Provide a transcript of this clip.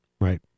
Right